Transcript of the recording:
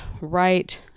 right